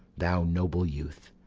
thou noble youth,